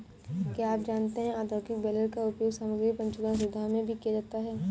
क्या आप जानते है औद्योगिक बेलर का उपयोग सामग्री पुनर्चक्रण सुविधाओं में भी किया जाता है?